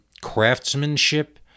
craftsmanship